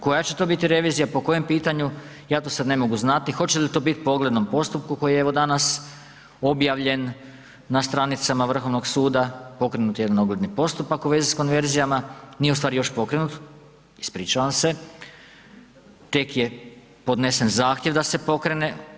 Koja će to biti revizija, po kojem pitanju, ja to sad ne mogu znati, hoće li to biti po oglednom postupku koji je, evo danas, objavljen na stranicama Vrhovnog suda, pokrenut je jedan ogledni postupak u vezi s konverzijama, nije u stvari još pokrenut, ispričavam se, tek je podnesen zahtjev da se pokrene.